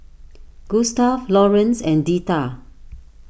Gustaf Lawrance and Deetta